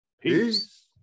Peace